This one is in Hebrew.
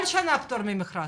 כל שנה פטור ממכרז,